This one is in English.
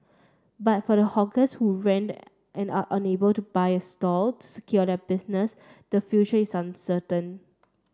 but for the hawkers who rent and are unable to buy a stall to secure their business the future is uncertain